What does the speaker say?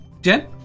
Jen